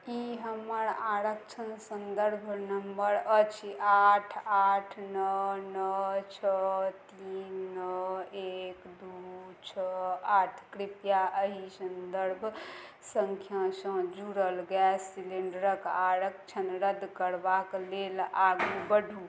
ई हमर आरक्षण सन्दर्भ नम्बर अछि आठ आठ नओ नओ छओ तीन नओ एक दू छओ आठ कृपया एहि सन्दर्भ सङ्ख्यासँ जुड़ल गैस सिलेंडरक आरक्षण रद्द करबाक लेल आगू बढ़ू